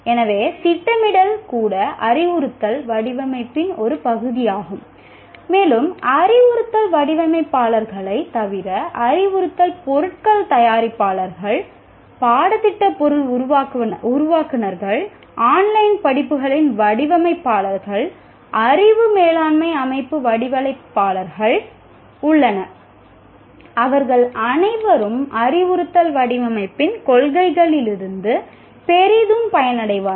எனவே திட்டமிடல் கூட அறிவுறுத்தல் வடிவமைப்பின் ஒரு பகுதியாகும் மேலும் அறிவுறுத்தல் வடிவமைப்பாளர்களைத் தவிர அறிவுறுத்தல் பொருட்கள் தயாரிப்பாளர்கள் பாடத்திட்ட பொருள் உருவாக்குநர்கள் ஆன்லைன் படிப்புகளின் வடிவமைப்பாளர்கள் அறிவு மேலாண்மை அமைப்பு வடிவமைப்பாளர்கள் உள்ளனர் அவர்கள் அனைவரும் அறிவுறுத்தல் வடிவமைப்பின் கொள்கைகளிலிருந்து பெரிதும் பயனடைவார்கள்